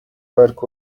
work